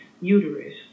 uterus